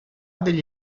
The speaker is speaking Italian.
degli